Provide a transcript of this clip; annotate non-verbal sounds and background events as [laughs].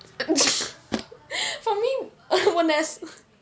[laughs] for me உன்ன:unna